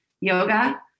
yoga